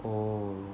oh